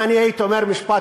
אם אני אומר משפט,